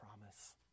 promise